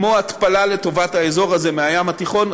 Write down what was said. כמו התפלה לטובת האזור הזה מהים התיכון.